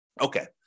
Okay